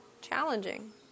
challenging